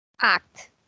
act